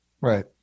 Right